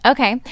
Okay